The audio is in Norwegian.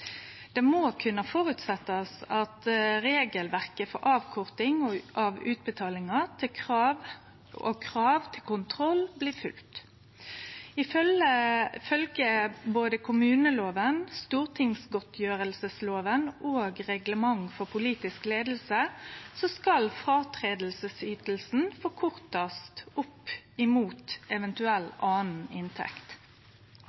må kunne føresetje at regelverket for avkorting av utbetalingar og krav til kontroll blir følgde. Ifølgje både kommuneloven, stortingsgodtgjørelsesloven og reglement for politisk leiing skal fråtredingsytinga forkortast opp